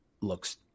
looks